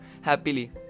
happily